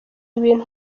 ibintu